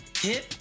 hip